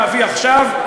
להביא עכשיו.